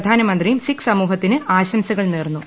പ്രധാനമന്ത്രിയും സിഖ് സമൂഹത്തിന് ആശംസകൾ നേർന്നു